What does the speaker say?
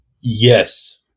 Yes